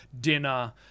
dinner